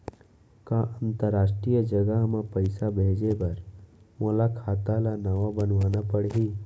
का अंतरराष्ट्रीय जगह म पइसा भेजे बर मोला खाता ल नवा बनवाना पड़ही?